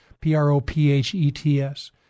P-R-O-P-H-E-T-S